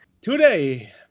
Today